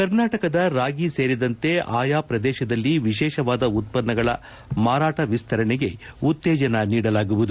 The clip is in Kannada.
ಕರ್ನಾಟಕದ ರಾಗಿ ಸೇರಿದಂತೆ ಆಯಾ ಪ್ರದೇಶದಲ್ಲಿ ವಿಶೇಷವಾದ ಉತ್ಪನ್ನಗಳ ಮಾರಾಟ ವಿಸ್ತರಣೆಗೆ ಉತ್ತೇಜನ ನೀಡಲಾಗುವುದು